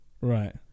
Right